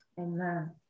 Amen